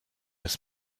his